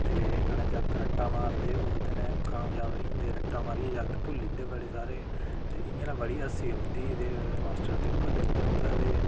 ते कन्नै जागत रट्टा मारदे ओह्दे नै कामजाब निं होंदे रट्टा मारियै जागत भुल्ली जंदे बड़े सारे ते इं'या नै बड़ा हास्सा औंदा ते मास्टर पेपर लैंदा उं'दा ते